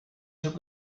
took